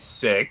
six